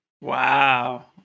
Wow